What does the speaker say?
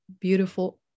beautiful